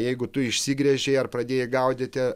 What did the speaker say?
jeigu tu išsigręžei ar pradėjai gaudyti